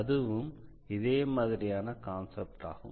இதுவும் அதே மாதிரியான கான்செப்ட் ஆகும்